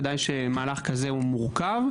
ודאי שמהלך כזה הוא מורכב.